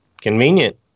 convenient